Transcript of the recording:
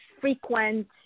frequent